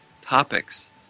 topics